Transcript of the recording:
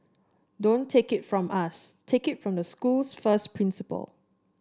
don't take it from us take it from the school's first principal